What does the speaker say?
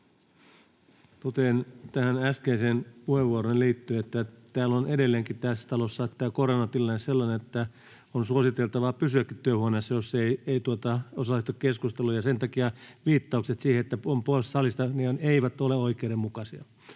Totean tähän äskeiseen puheenvuoroonne liittyen, että tässä talossa on edelleenkin tämä koronatilanne sellainen, että on suositeltavaa pysyäkin työhuoneessa, jos ei osallistu keskusteluun. Sen takia viittaukset siihen, että on pois salista, eivät ole oikeudenmukaisia.